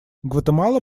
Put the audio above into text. гватемала